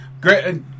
Great